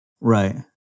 Right